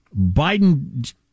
Biden